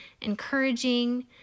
encouraging